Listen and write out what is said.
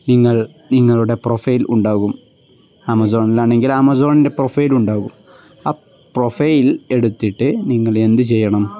നിങ്ങൾ നിങ്ങളുടെ പ്രൊഫൈൽ ഉണ്ടാകും ആമസോണിലാണെങ്കിൽ ആമസോണിൻ്റെ പ്രൊഫൈൽ ഉണ്ടാകും ആ പ്രൊഫൈൽ എടുത്തിട്ട് നിങ്ങൾ എന്ത് ചെയ്യണം